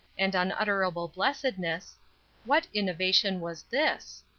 and unutterable blessedness what innovation was this?